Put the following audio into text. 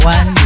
One